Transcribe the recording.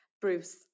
Bruce